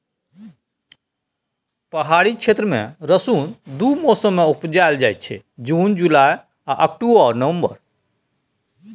पहाड़ी क्षेत्र मे रसुन दु मौसम मे उपजाएल जाइ छै जुन जुलाई आ अक्टूबर नवंबर